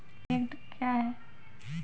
एकड कया हैं?